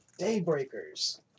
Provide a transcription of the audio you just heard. Daybreakers